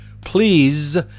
Please